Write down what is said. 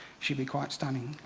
should be quite stunning.